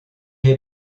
est